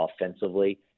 offensively